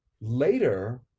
Later